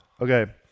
Okay